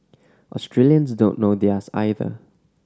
Australians don't know theirs either